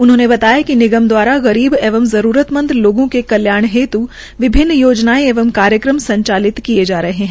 उन्होंने बताया कि निगम दवारा गरीब एवं जरूरतमंद लोगों के कल्याण हेत् विभिन्न योजनाये एवं कार्यक्रम संचालित किये जा रहे है